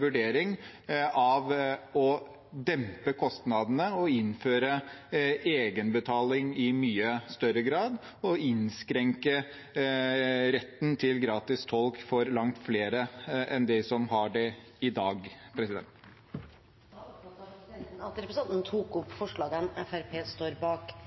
vurdering for å dempe kostnadene, innføre egenbetaling i mye større grad og innskrenke retten til gratis tolk for langt flere enn dem som har det i dag. Jeg tar opp Fremskrittspartiets forslag. Representanten Jon Engen-Helgheim har tatt opp de forslagene